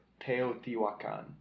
Teotihuacan